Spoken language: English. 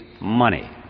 money